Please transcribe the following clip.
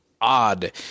odd